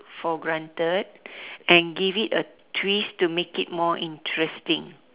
for granted and give it a twist to make it more interesting